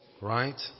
right